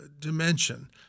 dimension